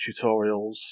tutorials